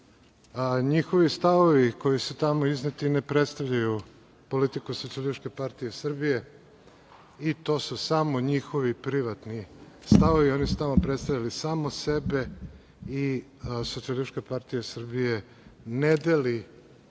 da njihovi stavovi koji su tamo izneti ne predstavljaju politiku Socijalističke partije Srbije i to su samo njihovi privatni stavovi. Oni su tamo predstavili samo sebe i Socijalistička partija Srbije ne deli